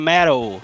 Metal